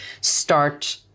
start